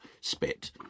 spit